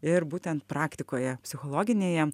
ir būtent praktikoje psichologinėje